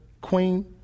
queen